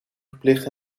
verplicht